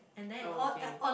okay